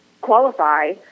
qualify